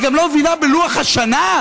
את גם לא מבינה בלוח השנה?